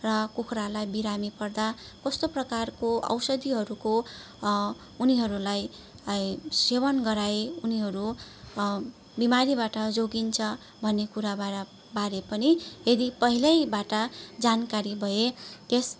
र कुखुरालाई बिरामी पर्दा कस्तो प्रकारको औषधिहरूको उनीहरूलाई सेवन गराए उनीहरू बिमारीबाट जोगिन्छ भन्ने कुरा बा बारे पनि यदि पहिल्यैबाट जानकारी भए त्यस